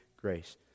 grace